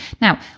Now